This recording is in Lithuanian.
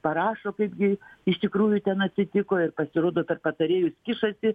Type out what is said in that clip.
parašo kaip jai iš tikrųjų ten atsitiko ir pasirodo per patarėjus kišasi